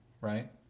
right